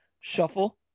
shuffle